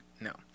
no